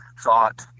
thought